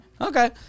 Okay